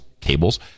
cables